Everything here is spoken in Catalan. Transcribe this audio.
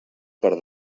per